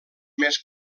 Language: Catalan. més